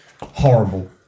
horrible